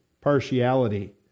partiality